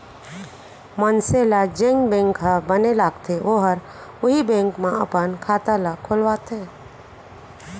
मनसे ल जेन बेंक ह बने लागथे ओहर उहीं बेंक म अपन खाता ल खोलवाथे